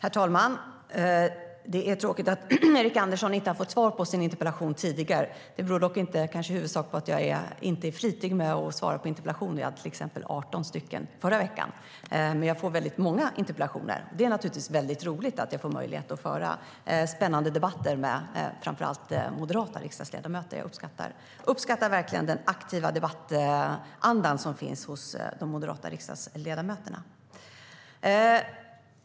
Fru talman! Det är tråkigt att Erik Andersson inte fått svar på sin interpellation tidigare. Det beror inte på att jag inte är flitig med att svara - jag svarade på 18 interpellationer förra veckan - utan på att jag får många interpellationer. Det är naturligtvis roligt att jag får möjlighet att föra spännande debatter med framför allt moderata riksdagsledamöter. Jag uppskattar verkligen den aktiva debattanda som finns hos dem.